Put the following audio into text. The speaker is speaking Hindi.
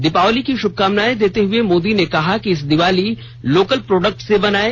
दिवाली की शुभकामनाएं देते हुए श्री मोदी ने कहा कि इस बार दिवाली लोकल प्रोडक्ट से बनाएं